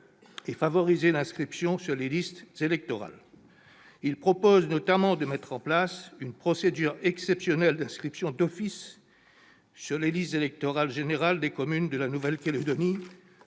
favoriser l'inscription sur les listes électorales. Il vise notamment à mettre en place une procédure exceptionnelle d'inscription d'office sur les listes électorales générales des communes de la Nouvelle-Calédonie